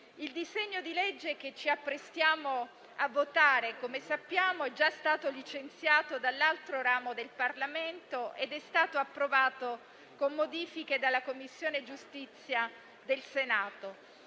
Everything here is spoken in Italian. Il disegno di legge che ci apprestiamo a votare, come sappiamo, è già stato licenziato dall'altro ramo del Parlamento ed è stato approvato, con modifiche, dalla Commissione giustizia del Senato.